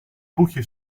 boekje